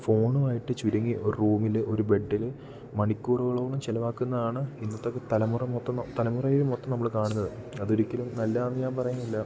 ഫോണുമായിട്ട് ചുരുങ്ങി ഒരു റൂമിൽ ഒരു ബെഡിൽ മണിക്കൂറുകളോളം ചിലവാക്കുന്നതാണ് ഇന്നത്തെ ഒക്കെ തലമുറ മൊത്തം തലമുറ മൊത്തം നമ്മൾ കാണുന്നത് അത് ഒരിക്കലും നല്ലതാണെന്ന് ഞാൻ പറയുന്നില്ല